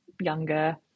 younger